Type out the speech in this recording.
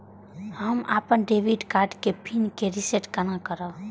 हम अपन debit card के पिन के रीसेट केना करब?